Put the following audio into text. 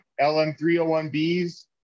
LM301Bs